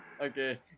okay